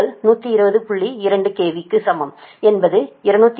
2 KV க்கு சமம் அதாவது 208